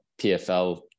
pfl